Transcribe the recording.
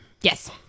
Yes